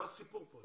מה הסיפור כאן?